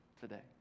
today